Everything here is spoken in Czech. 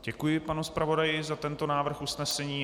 Děkuji panu zpravodaji za tento návrh usnesení.